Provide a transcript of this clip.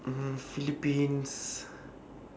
mmhmm philippines